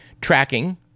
tracking